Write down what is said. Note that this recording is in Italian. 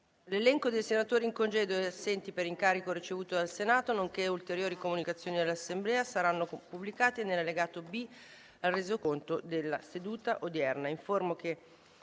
L'elenco dei senatori in congedo e assenti per incarico ricevuto dal Senato, nonché ulteriori comunicazioni all'Assemblea saranno pubblicati nell'allegato B al Resoconto della seduta odierna. **Sull'ordine